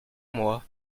mois